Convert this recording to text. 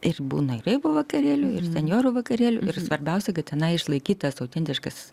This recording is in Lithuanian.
ir būna ir vakarėlių ir senjorų vakarėlių ir svarbiausia kad tenai išlaikytas autentiškas